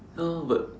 ya lor but